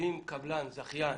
אם לקבלן או לזכיין